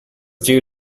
due